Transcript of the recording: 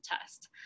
test